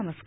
नमस्कार